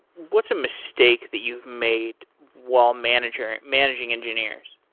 what's a mistake that you've made while managing managing engineers?